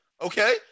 Okay